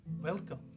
Welcome